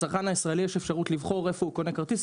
לצרכן הישראלי יש אפשרות לבחור איפה הוא קונה כרטיס.